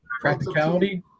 practicality